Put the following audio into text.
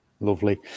Lovely